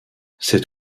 cet